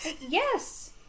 Yes